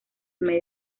medio